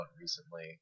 recently